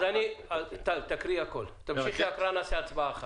טל, תקריאי הכול, נעשה הצבעה אחת.